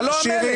אתה לא מלך.